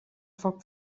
foc